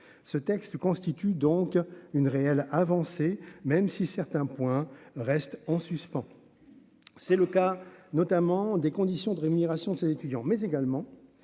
ce texte constitue donc une réelle avancée, même si certains points restent en suspens, c'est le cas notamment des conditions de rémunération de ses étudiants, mais également